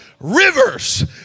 rivers